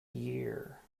year